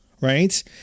Right